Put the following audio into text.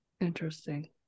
interesting